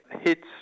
hits